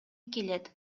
келет